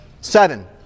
Seven